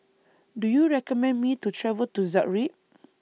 Do YOU recommend Me to travel to Zagreb